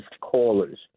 callers